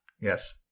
Yes